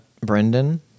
Brendan